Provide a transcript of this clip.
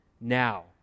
now